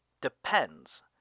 depends